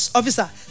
officer